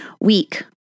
week